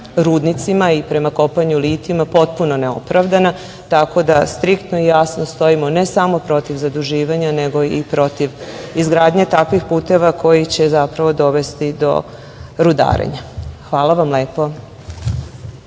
rudnicima i prema kopanju litijuma potpuno neopravdana. Tako da striktno i jasno stojimo ne samo protiv zaduživanja nego i protiv izgradnje takvih puteva koji će zapravo dovesti do rudarenja. Hvala vam lepo.